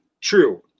true